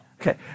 Okay